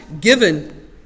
given